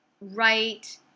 right